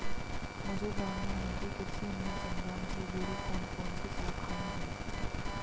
मुझे जानना है कि कृषि अनुसंधान से जुड़ी कौन कौन सी शाखाएं हैं?